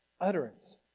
utterance